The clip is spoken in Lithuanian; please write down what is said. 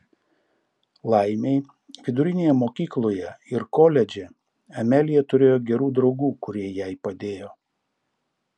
laimei vidurinėje mokykloje ir koledže amelija turėjo gerų draugų kurie jai padėjo